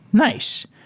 nice!